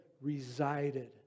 resided